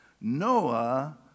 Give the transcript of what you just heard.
Noah